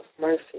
mercy